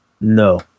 No